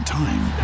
time